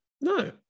No